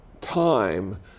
time